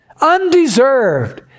undeserved